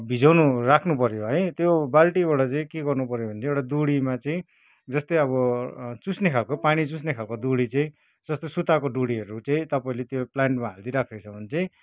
भिजाउनु राख्नु पऱ्यो है त्यो बाल्टीबाट चाहिँ के गर्नु पऱ्यो भने चाहिँ एउटा डोरीमा चाहिँ जस्तै अब चुस्ने खालको पानी चुस्ने खालको डोरी चाहिँ जस्तो सुताको डोरीहरू चाहिँ तपाईँले त्यो प्लानमा हालिदिइराखेको छ भने चाहिँ